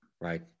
Right